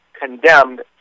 condemned